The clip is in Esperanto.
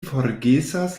forgesas